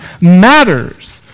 matters